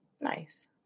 Nice